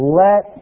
let